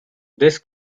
this